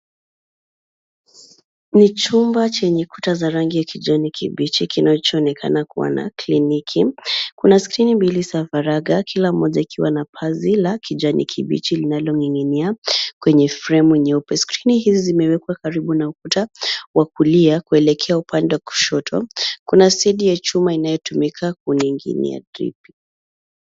Ni chumba chenye kuta za rangi ya kijani kibichi kinachoonekana kuwa na kliniki. Kuna skrini mbili za faragha, kila moja ikiwa na pazi la kijani kibichi linaloning'inia kwenye fremu nyeupe. Skrini hizi zimewekwa karibu na ukuta wa kulia kuelekea upande wa kushoto. Kuna sidi ya chuma inayotumika kuning'inia drip .